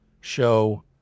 show